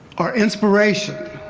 are inspirations,